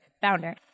founder